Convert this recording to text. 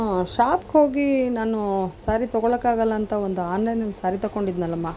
ಶಾಪ್ಗೆ ಹೋಗಿ ನಾನು ಸ್ಯಾರಿ ತಗೊಳ್ಳೋಕ್ಕಾಗಲ್ಲ ಅಂತ ಒಂದು ಆನ್ಲೈನಲ್ಲಿ ಸ್ಯಾರಿ ತಗೊಂಡಿದ್ದೆನಲ್ಲಮ್ಮ